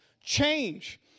change